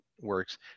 works